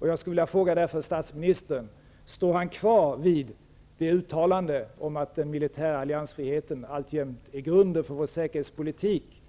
Jag skulle därför vilja ställa följande fråga till statsministern: Står statsministern fast vid sitt uttalande om att den militära alliansfriheten alltjämt är grunden för vår säkerhetspolitik,